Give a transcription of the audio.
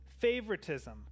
favoritism